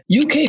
UK